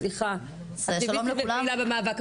יש פה את כולם.